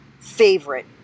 favorite